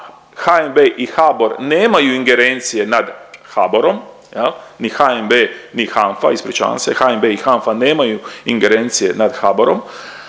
HNB i HBOR nemaju ingerencije nad HABOR-om ni HNB ni HANFA ispričavam se, HNB i HANFA nemaju ingerencije nad HBOR-om,